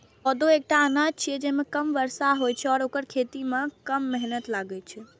कोदो एकटा अनाज छियै, जे कमो बर्षा मे होइ छै आ एकर खेती मे कम मेहनत लागै छै